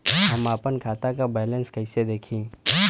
हम आपन खाता क बैलेंस कईसे देखी?